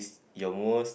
your most